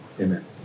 Amen